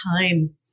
time